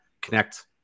connect